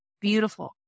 Beautiful